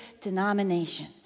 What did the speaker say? denomination